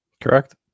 Correct